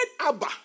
Abba